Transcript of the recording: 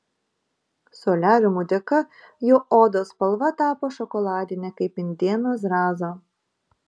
soliariumų dėka jo odos spalva tapo šokoladinė kaip indėno zrazo